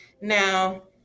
Now